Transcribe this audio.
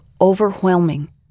overwhelming